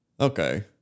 Okay